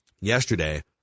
yesterday